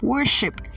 Worship